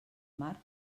mar